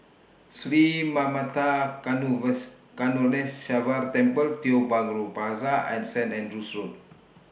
Sri Manmatha Karuneshvarar Temple Tiong Bahru Plaza and Saint Andrew's Road